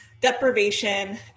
deprivation